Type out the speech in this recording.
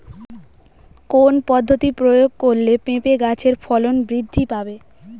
কোন পদ্ধতি প্রয়োগ করলে পেঁপে গাছের ফলন বৃদ্ধি পাবে?